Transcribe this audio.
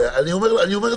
אני אומר את